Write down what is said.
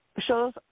Shows